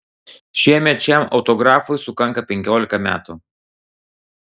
šiemet šiam autografui sukanka penkiolika metų